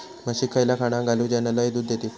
म्हशीक खयला खाणा घालू ज्याना लय दूध देतीत?